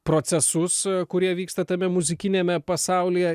procesus kurie vyksta tame muzikiniame pasaulyje